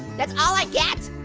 that's all i get?